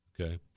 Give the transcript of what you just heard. okay